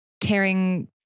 tearing